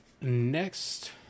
Next